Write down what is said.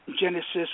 Genesis